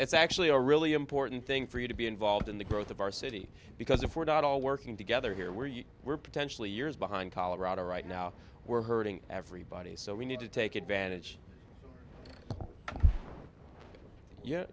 actually a really important thing for you to be involved in the growth of our city because if we're not all working together here where you were potentially years behind colorado right now we're hurting everybody so we need to take advantage yeah